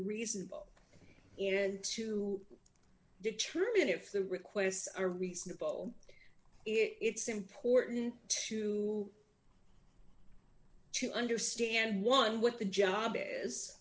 reasonable and to determine if the requests are reasonable it's important to to understand one what the job is